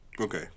Okay